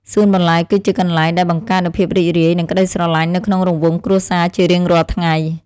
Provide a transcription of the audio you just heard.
សួនបន្លែគឺជាកន្លែងដែលបង្កើតនូវភាពរីករាយ និងក្តីស្រឡាញ់នៅក្នុងរង្វង់គ្រួសារជារៀងរាល់ថ្ងៃ។